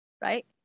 right